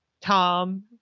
Tom